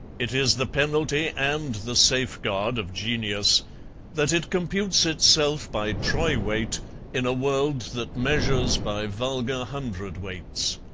it is the penalty and the safeguard of genius that it computes itself by troy weight in a world that measures by vulgar hundredweights.